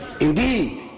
Indeed